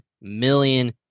million